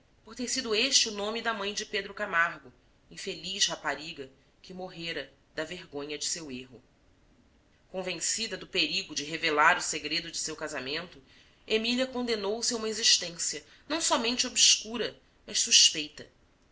por ter sido este o nome da mãe de pedro camargo infeliz rapariga que morrera da vergonha de seu erro convencida do perigo de revelar o segredo de seu casamento emília condenou se a uma existência não somente obscura mas suspeita